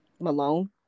Malone